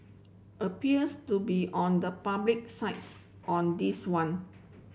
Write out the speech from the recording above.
appears to be on the public sides on this one